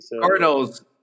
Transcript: Cardinals